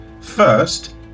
First